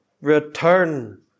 Return